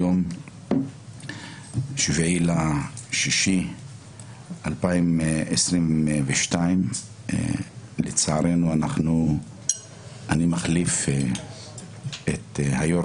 היום ה-7 ביוני 2022. אני מחליף את היושב ראש